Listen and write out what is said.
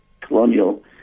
colonial